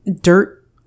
dirt